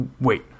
Wait